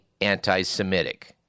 anti-Semitic